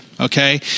okay